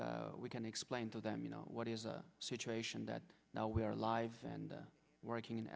we can explain to them you know what is a situation that now we are live and working in